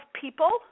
people